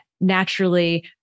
naturally